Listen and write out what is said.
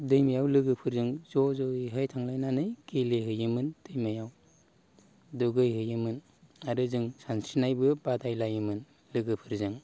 दैमायाव लोगोफोरजों ज' ज'यैहाय थांलायनानै गेलेहैयोमोन दैमायाव दुगैहैयोमोन आरो जों सानस्रिनायबो बादायलायोमोन लोगोफोरजों